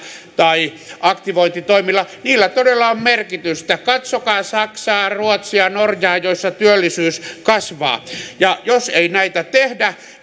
tai aktivointitoimilla todella on merkitystä katsokaa saksaa ruotsia norjaa joissa työllisyys kasvaa ja jos ei näitä tehdä